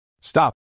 Stop